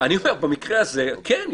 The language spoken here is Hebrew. במקרה הזה כן,